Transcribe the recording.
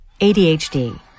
ADHD